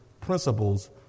principles